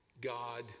God